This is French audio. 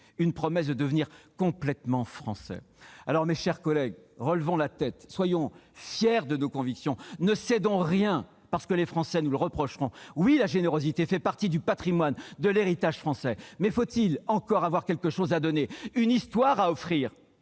généreuse de devenir complètement français. Mes chers collègues, relevons la tête, soyons fiers de nos convictions, ne cédons rien, parce que les Français nous le reprocheraient. Oui, la générosité fait partie du patrimoine, de l'héritage français, mais encore faut-il avoir quelque chose à donner, une histoire à offrir,